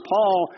Paul